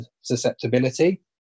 susceptibility